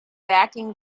backing